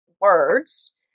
words